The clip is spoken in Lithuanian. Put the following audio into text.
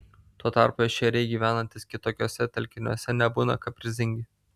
tuo tarpu ešeriai gyvenantys kitokiuose telkiniuose nebūna kaprizingi